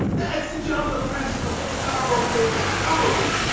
that's the job of the press to hold the powerful accountable,